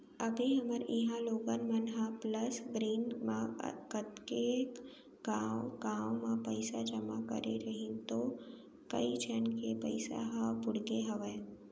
अभी हमर इहॉं लोगन मन ह प्लस ग्रीन म कतेक गॉंव गॉंव म पइसा जमा करे रहिन तौ कइ झन के पइसा ह बुड़गे हवय